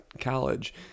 college